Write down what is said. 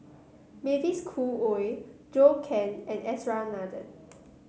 Mavis Khoo Oei Zhou Can and S R Nathan